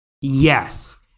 Yes